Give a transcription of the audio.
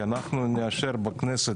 אנחנו נאשר בכנסת,